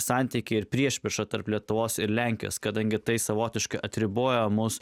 santykiai ir priešprieša tarp lietuvos ir lenkijos kadangi tai savotiška atribojamos